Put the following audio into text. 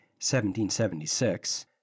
1776